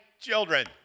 children